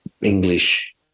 English